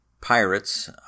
pirates